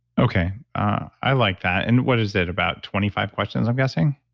okay, i like that. and what is it, about twenty five questions i'm guessing?